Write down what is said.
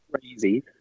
crazy